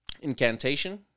Incantation